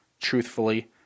truthfully